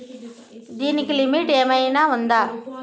దీనికి లిమిట్ ఆమైనా ఉందా?